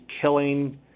killing